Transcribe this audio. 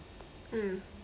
mm